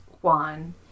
Juan